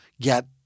get –